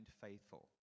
faithful